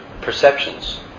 perceptions